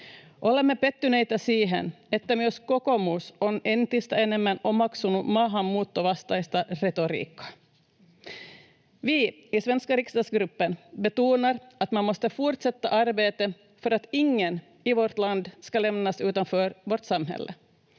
Olemme pettyneitä siihen, että myös kokoomus on entistä enemmän omaksunut maahanmuuttovastaista retoriikkaa. Vi i svenska riksdagsgruppen betonar att man måste fortsätta arbetet för att ingen i vårt land ska lämnas utanför vårt samhälle.